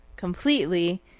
Completely